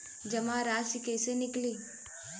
जमा राशि कइसे निकली?